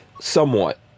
somewhat